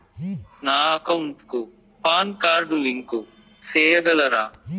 నా అకౌంట్ కు PAN card link సేయగలరా?